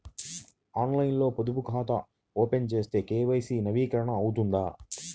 ఆన్లైన్లో పొదుపు ఖాతా ఓపెన్ చేస్తే కే.వై.సి నవీకరణ అవుతుందా?